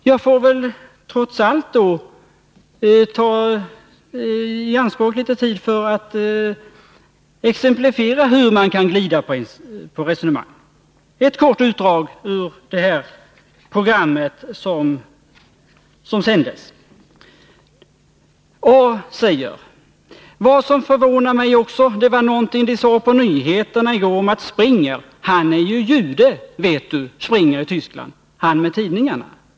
Jag får väl trots allt ta litet tid i anspråk för att exemplifiera hur man kan glida i sitt resonemang. Låt mig läsa ett kort utdrag ur det program som sändes: ”A: Vad som förvånar mig också, det var någonting de sade på nyheterna i går om att Springer, han är ju jude vet du, Springer i Tyskland. B: Han med tidningarna?